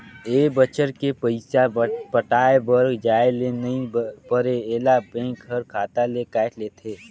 ए बच्छर के पइसा पटाये बर जाये ले नई परे ऐला बेंक हर खाता ले कायट लेथे